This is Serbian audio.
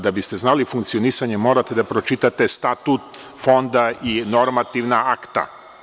Da biste znali funkcionisanje morate da pročitate Statut Fonda i normativna akta.